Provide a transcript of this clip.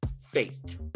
Fate